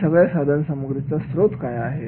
या सगळ्या साधनसामग्रीचा स्रोत काय आहे